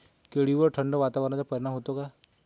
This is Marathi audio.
केळीवर थंड वातावरणाचा परिणाम होतो का?